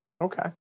Okay